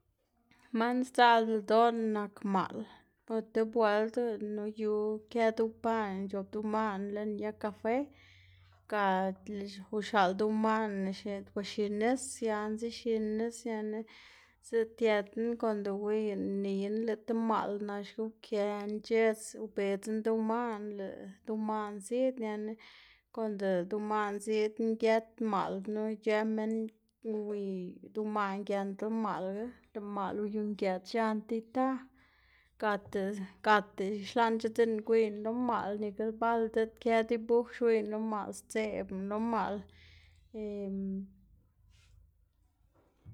man sdzaꞌlda ldoꞌná nak maꞌl o tib bueld lëꞌnu yu kë duwpaꞌná ic̲h̲op duwmaꞌná lën yag kafe, ga uxaꞌl duwmaꞌnaná xneꞌ guxi nis sianá c̲h̲exiná nis ñana zitiëtná konde uwiyná niyná lëꞌ ti maꞌl naxga ukëná c̲h̲edz ubedzná duwmaꞌná lëꞌ duwmaꞌná ziꞌd, ñana konde lëꞌ duwmaꞌná ziꞌd ngët maꞌl knu ic̲h̲ë minn uwiy duwmaꞌná giendla maꞌlga, lëꞌ maꞌl uyu ngëꞌts x̱an i ita, gata gata xlaꞌnc̲h̲adaná gwiyná lo maꞌl nikla bal diꞌt kë dibuj xwiyná lo maꞌl sdzeꞌbná lo maꞌl.